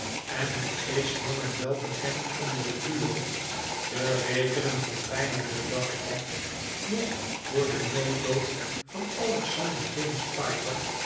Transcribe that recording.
en het is lang en wel bekend onder de buren te rekenen van bijna den dag af nog voor den nood doop van alexander james